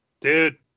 dude